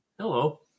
Hello